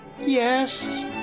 Yes